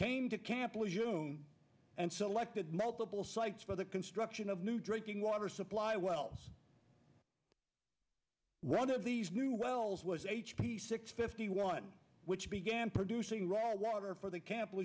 came to camp woon and selected multiple sites for the construction of new drinking water supply wells one of these new wells was h p six fifty one which began producing raw water for the ca